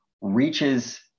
reaches